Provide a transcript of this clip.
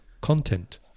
content